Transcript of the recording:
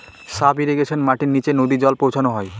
sub ইর্রিগেশনে মাটির নীচে নদী জল পৌঁছানো হয়